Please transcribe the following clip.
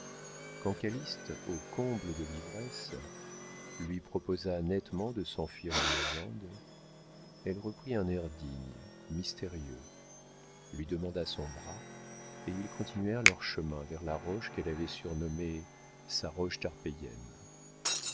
au comble de l'ivresse lui proposa nettement de s'enfuir en irlande elle reprit un air digne mystérieux lui demanda son bras et ils continuèrent leur chemin vers la roche qu'elle avait surnommée sa